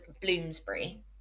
Bloomsbury